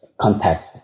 context